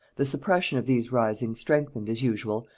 the suppression of these risings strengthened, as usual,